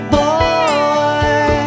boy